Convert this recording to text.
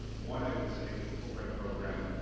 um one, i would say that the fulbright program,